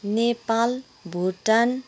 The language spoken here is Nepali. नेपाल भुटान